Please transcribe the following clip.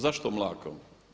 Zašto mlakom?